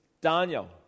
Daniel